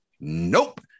Nope